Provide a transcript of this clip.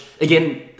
again